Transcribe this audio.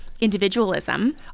individualism